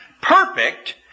perfect